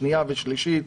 שנייה ושלישית,